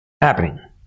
happening